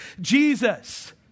Jesus